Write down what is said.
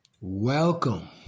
Welcome